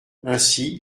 ainsi